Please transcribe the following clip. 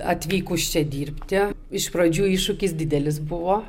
atvykus čia dirbti iš pradžių iššūkis didelis buvo